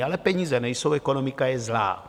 Ale peníze nejsou, ekonomika je zlá.